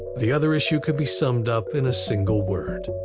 the other issue can be summed up in a single word,